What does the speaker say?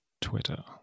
Twitter